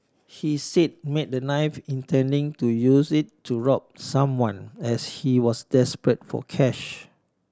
he said made the knife intending to use it to rob someone as he was desperate for cash